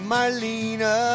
Marlena